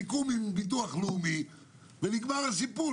אנחנו נעשה סיכום עם הביטוח הלאומי ונגמר הסיפור.